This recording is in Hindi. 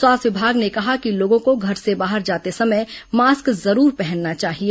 स्वास्थ्य विभाग ने कहा है कि लोगों को घर से बाहर जाते समय मास्क जरूर पहनना चाहिए